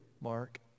Mark